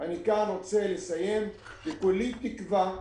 אני רוצה לסיים את דברי ולהגיד שכולי תקווה,